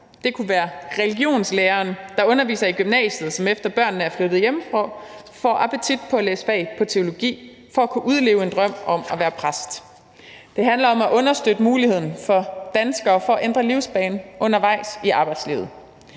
Det kunne være religionslæreren, der underviser i gymnasiet, som, efter at børnene er flyttet hjemmefra, får appetit på at læse fag på teologi for at kunne udleve en drøm om at være præst. Det handler om at understøtte muligheden for danskere for at ændre livsbane undervejs i arbejdslivet.